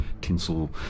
tinsel